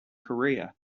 korea